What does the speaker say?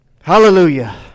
Hallelujah